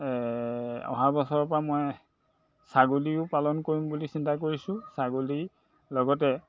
অহা বছৰৰ পৰা মই ছাগলীও পালন কৰিম বুলি চিন্তা কৰিছোঁ ছাগলীৰ লগতে